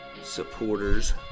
supporters